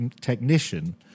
technician